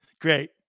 great